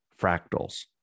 fractals